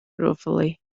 ruefully